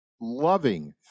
loving